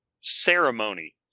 ceremony